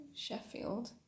Sheffield